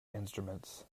instruments